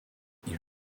you